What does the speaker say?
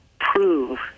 prove